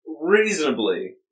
Reasonably